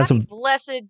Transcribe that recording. blessed